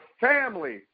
family